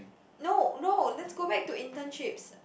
no no let's go back to internships